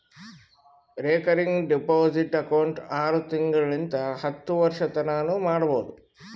recurring deposit account ಆರು ತಿಂಗಳಿಂತ್ ಹತ್ತು ವರ್ಷತನಾನೂ ಮಾಡ್ಬೋದು